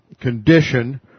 condition